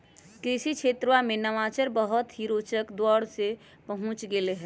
कृषि क्षेत्रवा में नवाचार बहुत ही रोचक दौर में पहुंच गैले है